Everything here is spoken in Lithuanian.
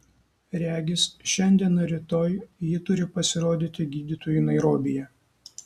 regis šiandien ar rytoj ji turi pasirodyti gydytojui nairobyje